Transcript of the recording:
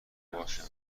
باشم